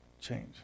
change